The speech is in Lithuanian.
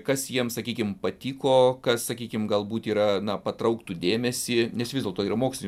kas jiems sakykim patiko kas sakykim galbūt yra na patrauktų dėmesį nes vis dėlto yra mokslinis